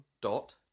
Dot